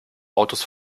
autos